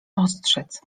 ostrzec